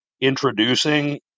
introducing